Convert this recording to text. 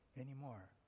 anymore